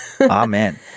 Amen